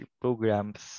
programs